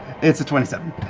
it's a twenty seven.